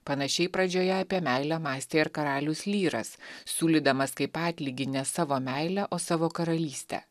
panašiai pradžioje apie meilę mąstė ir karalius lyras siūlydamas kaip atlygį ne savo meilę o savo karalystę